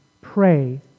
pray